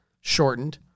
Shortened